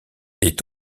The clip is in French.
est